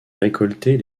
récolter